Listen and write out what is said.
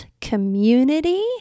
community